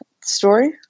story